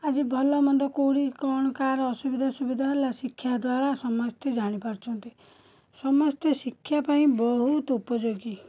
ଆଜି ଭଲମନ୍ଦ କେଉଁଠି କ'ଣ କାହାର ଅସୁବିଧା ସୁବିଧା ହେଲା ଶିକ୍ଷା ଦ୍ୱାରା ସମସ୍ତେ ଜାଣିପାରୁଛନ୍ତି ସମସ୍ତେ ଶିକ୍ଷାପାଇଁ ବହୁତ ଉପଯୋଗୀ